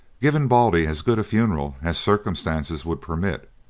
given baldy as good a funeral as circumstances would permit,